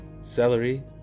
celery